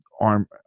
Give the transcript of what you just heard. arm